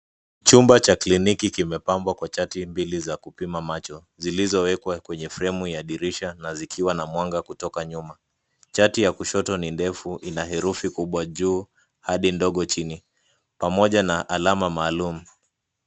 Chumba cha kliniki kimepambwa kwa chart mbili za kupima macho zilizowekwa kwenye fremu ya dirisha na zikiwa na mwanga kutoka nyuma. Chart ya kushoto ni ndefu ina herufi kubwa juu hadi ndogo chini pamoja na alama maalum.